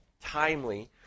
timely